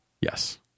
yes